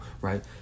right